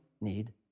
need